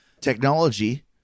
technology